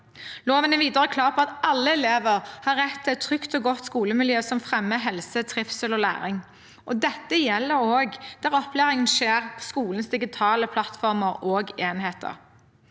Loven er videre klar på at alle elever har rett til et trygt og godt skolemiljø som fremmer helse, trivsel og læring. Dette gjelder også der opplæringen skjer på skolens digitale plattformer og enheter.